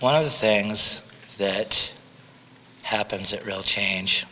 one of the things that happens at real change